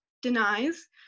denies